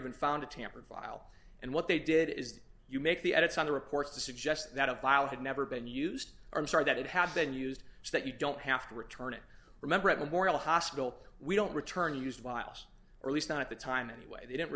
even found a tamper vile and what they did is you make the edits on the reports to suggest that a file had never been used or star that it has been used so that you don't have to return it remember at memorial hospital we don't return used violence or at least not at the time anyway they don't